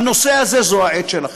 בנושא הזה, זו העת שלכם.